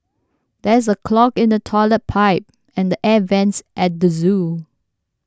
there is a clog in the Toilet Pipe and the Air Vents at the zoo